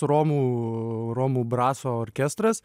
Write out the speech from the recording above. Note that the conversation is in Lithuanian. romų romų braso orkestras